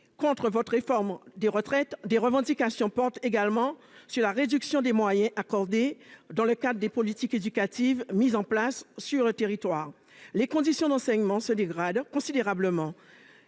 à votre réforme des retraites, les revendications en Guadeloupe portent sur les moyens accordés par l'État dans le cadre des politiques éducatives mises en place sur le territoire. Les conditions d'enseignement se dégradent considérablement.